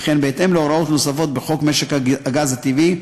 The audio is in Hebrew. וכן בהתאם להוראות נוספות בחוק משק הגז הטבעי,